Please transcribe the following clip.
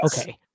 Okay